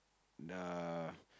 the